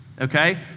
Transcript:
okay